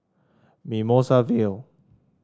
Mimosa Vale